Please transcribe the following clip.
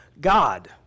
God